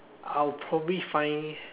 I'll probably find